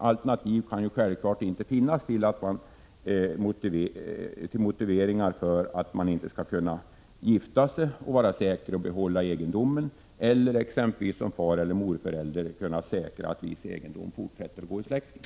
Det kan självfallet inte finnas någon hållbar motivering för att en person inte skall kunna gifta sig och vara säker på att behålla egendomen eller att en fareller morförälder inte skall kunna försäkra sig om att viss egendom stannar i släkten.